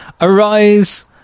Arise